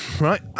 right